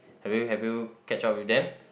have you have you catch up with them